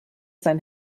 sein